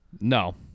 No